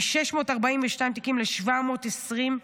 מ-642 ל-720.